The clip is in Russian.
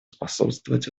способствовать